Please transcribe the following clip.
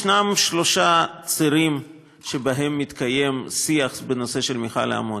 יש שלושה צירים שבהם מתקיים שיח בנושא של מכל האמוניה.